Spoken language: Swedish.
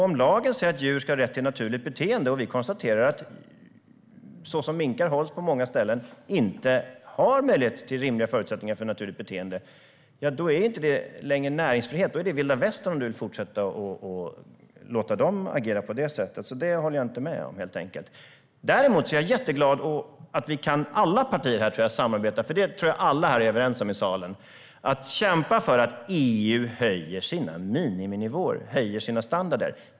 Om lagen säger att djur ska ha rätt till naturligt beteende och om vi konstaterar att minkar, såsom de hålls på många ställen, inte har rimliga förutsättningar för naturligt beteende är det inte längre näringsfrihet. Om minkfarmarna ska få fortsätta agera på det sättet är det vilda västern. Där håller jag helt enkelt inte med dig. Däremot är jag jätteglad över att vi kan samarbeta och kämpa för att EU ska höja sina miniminivåer, sina standarder.